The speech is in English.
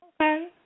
okay